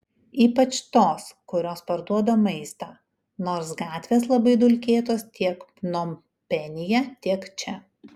ypač tos kurios parduoda maistą nors gatvės labai dulkėtos tiek pnompenyje tiek čia